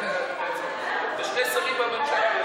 ושני שרים בממשלה,